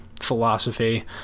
philosophy